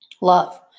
love